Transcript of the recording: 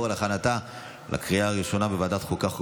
להכנתה לקריאה הראשונה בוועדת החוקה,